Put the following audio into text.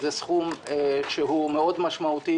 זה סכום משמעותי מאוד.